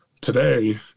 Today